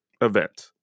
event